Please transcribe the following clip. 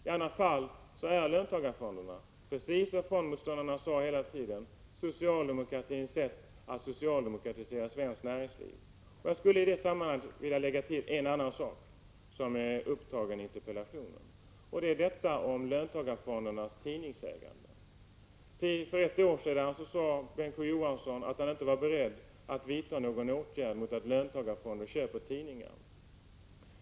I annat fall är löntagarfonderna, precis som fondmotståndarna hela tiden har sagt, socialdemokratins sätt att socialdemokratisera svenskt näringsliv. Jag skulle i det sammanhanget vilja lägga till ett och annat i frågan om löntagarfondernas tidningsägande, som är upptagen i interpellationen. Åtminstone till för ett år sedan sade Bengt K. Å. Johansson att han inte var beredd att vidta någon åtgärd mot att löntagarfonder köper tidningar.